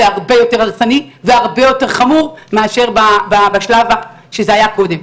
הרבה יותר הרסני והרבה יותר חמור מאשר בשלב שזה היה קודם.